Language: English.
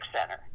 Center